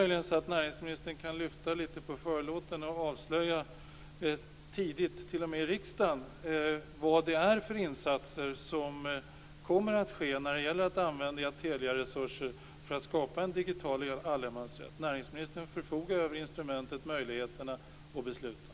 Kan näringsministern lyfta lite på förlåten och i riksdagen avslöja vilka insatser som kommer att ske för att använda Teliaresurser för att skapa en digital allemansrätt? Näringsministern förfogar över instrumentet möjligheterna och besluten.